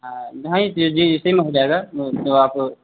हाँ इसी जी इसी में हो जाएगा तो आप